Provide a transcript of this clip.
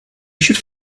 should